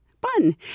bun